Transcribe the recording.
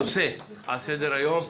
הנושא על סדר-היום: